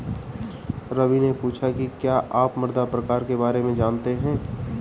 रवि ने पूछा कि क्या आप मृदा प्रकार के बारे में जानते है?